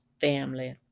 family